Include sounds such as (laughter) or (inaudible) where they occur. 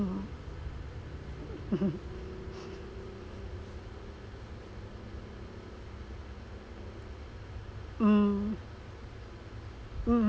mm (laughs) mm mm